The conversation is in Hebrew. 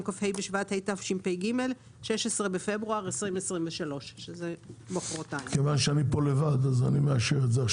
כ"ה בשבט התשפ"ג (16 בפברואר 2023). כיוון שאני פה לבד אז אני מאשר את זה.